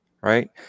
right